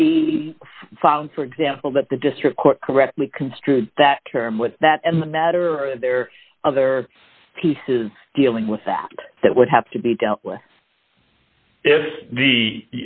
we found for example that the district court correctly construed that term with that and the matter are there other pieces dealing with that that would have to be dealt with